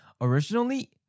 Originally